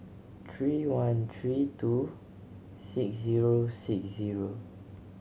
three one three two six zero six zero